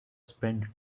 spend